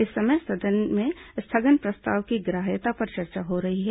इस समय सदन में स्थगन प्रस्ताव की ग्राह्यता पर चर्चा हो रही है